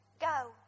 Go